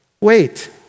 wait